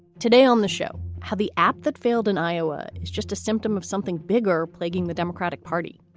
today on the show, how the app that failed in iowa is just a symptom of something bigger plaguing the democratic party.